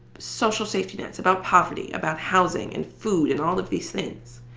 social safety nets, about poverty, about housing and food and all of these things.